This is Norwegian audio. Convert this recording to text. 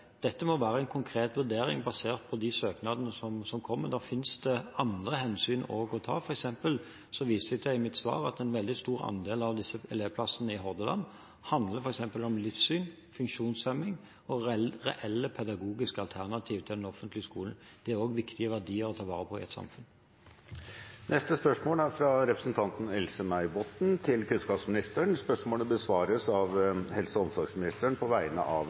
dette må være en konkret vurdering basert på de søknadene som kommer. Nå finnes det andre hensyn å ta også, f.eks. viser jeg i mitt svar til at en veldig stor andel av disse elevplassene i Hordaland handler om livssyn, funksjonshemning og reelle pedagogiske alternativer til den offentlige skolen. Det er også viktige verdier å ta vare på i et samfunn. Neste spørsmål fra representanten Else-May Botten til kunnskapsministeren besvares av helse- og omsorgsministeren på vegne av